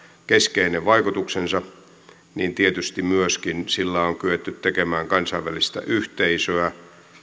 keskeinen vaikutuksensa mutta tietysti sillä myöskin on kyetty tekemään kansainvälistä yhteisöä